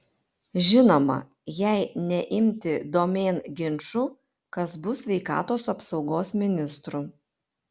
žinoma jei neimti domėn ginčų kas bus sveikatos apsaugos ministru